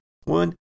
One